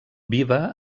viva